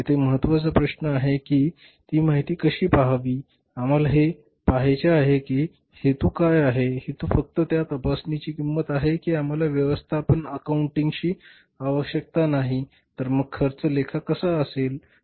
येथे महत्वाचा प्रश्न आहे की ती माहिती कशी पहावी आम्हाला हे पहायचे आहे की हेतू काय आहे हेतू फक्त त्या तपासणीची किंमत आहे की आम्हाला व्यवस्थापन अकाउंटिंगची आवश्यकता नाही तर मग खर्च लेखा कसा असेल